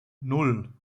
nan